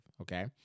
okay